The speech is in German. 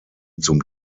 zum